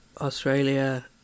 Australia